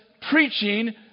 preaching